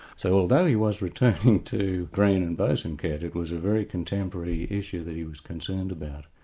so although he was returning to graham and bosanquet, it it was a very contemporary issue that he was concerned about.